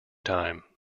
time